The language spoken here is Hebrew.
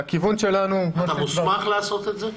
אתה מוסמך לעשות את זה?